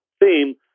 theme